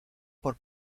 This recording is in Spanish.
por